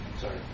Sorry